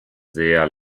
sehr